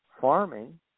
farming